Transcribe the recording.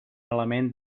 element